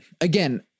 again